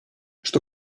что